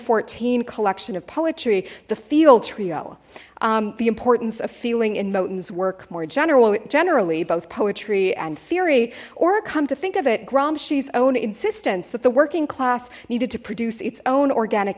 fourteen collection of poetry the field trio the importance of feeling in mountains work more general generally both poetry and theory or come to think of it gramsci's own insistence that the working class needed to produce its own organic